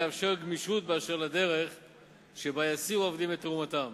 תאפשר גמישות באשר לדרך שבה ישיאו העובדים את תרומתם.